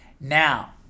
Now